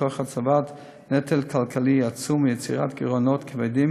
תוך הצבת נטל כלכלי עצום ויצירת גירעונות כבדים